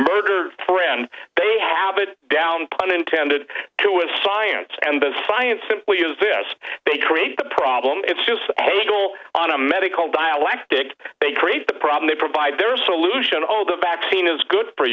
murder friend they have it down pun intended to a science and the science simply is this they create the problem it's just a tool on a medical dialectic they create the problem and provide their solution all the vaccine is good for